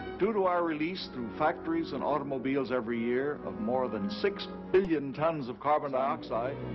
due to our release through factories and automobiles every year of more than six billion tons of carbon dioxide,